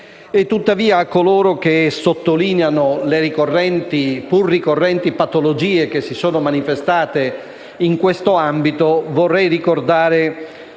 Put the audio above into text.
Tuttavia, a coloro che sottolineano le pur ricorrenti patologie che si sono manifestate in questo ambito, vorrei ricordare